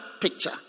picture